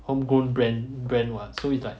homegrown brand brand what so it's like